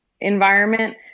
environment